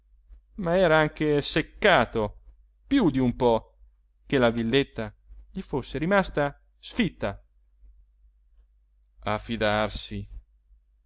ma era anche seccato più d'un po che la villetta gli fosse rimasta sfitta a fidarsi